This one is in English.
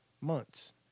Months